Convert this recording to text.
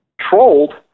trolled